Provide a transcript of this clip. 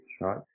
right